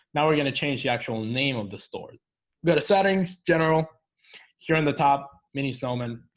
now, we're gonna change the actual name of the store go to settings general here in the top mini stallman